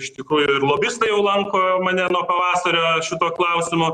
iš tikrųjų ir lobistai jau lanko mane nuo pavasario šituo klausimu